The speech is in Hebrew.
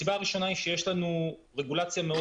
הסיבה הראשונה היא שיש לנו רגולציה מאוד